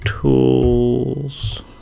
tools